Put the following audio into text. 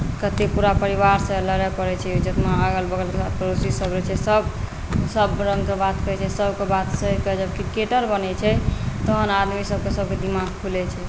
कतेक पूरा परिवारसँ लड़य पड़ैत छै जितना अगल बगलके पड़ोसीसभ रहैत छै सभ सभरङ्गके बात कहैत छै सभके बात सहि कऽ जब क्रिकेटर बनैत छै तहन आदमीसभ सभके दिमाग खुलैत छै